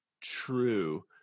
true